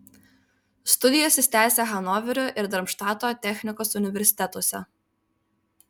studijas jis tęsė hanoverio ir darmštato technikos universitetuose